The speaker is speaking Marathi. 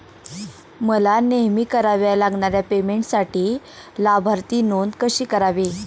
मला नेहमी कराव्या लागणाऱ्या पेमेंटसाठी लाभार्थी नोंद कशी करावी?